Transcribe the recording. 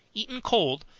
eaten cold,